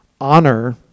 honor